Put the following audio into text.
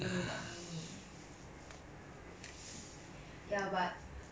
what is that for all those that are coming going into school term